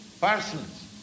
persons